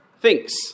thinks